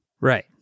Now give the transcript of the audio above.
Right